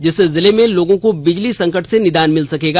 जिससे जिले में लोगों को बिजली संकट से निदान मिल सकेगा